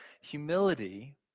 humility